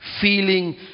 Feeling